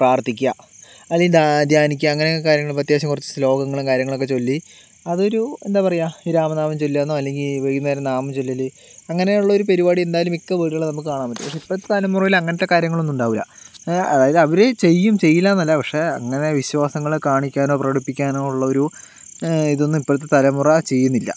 പ്രാർത്ഥിക്കുക അല്ലെങ്കിൽ ധ്യാനിക്കുക അങ്ങനെയൊക്കെ കാര്യങ്ങൾ അത്യാവശ്യം കുറച്ച് ശ്ലോകങ്ങളും കാര്യങ്ങളുമൊക്കെ ചൊല്ലി അതൊരു എന്താ പറയുക ഈ രാമനാമം ചൊല്ലുകയെന്നോ അല്ലെങ്കിൽ വൈകുനേരം നാമം ചൊല്ലൽ അങ്ങനെയുള്ളൊരു പരുപാടി എന്തായാലും മിക്ക വീടുകളിലും നമുക്ക് കാണാൻ പറ്റും പക്ഷേ ഇപ്പോഴത്തെ തലമുറയിൽ അങ്ങനത്തെ കാര്യങ്ങളൊന്നും ഉണ്ടാവില്ല അതായത് അവർ ചെയ്യും ചെയ്യില്ലയെന്നല്ല പക്ഷേ അങ്ങനെ വിശ്വാസങ്ങൾ കാണിക്കാനോ പ്രകടിപ്പിക്കാനോ ഉള്ളൊരു ഇതൊന്നും ഇപ്പോഴത്തെ തലമുറ ചെയ്യുന്നില്ല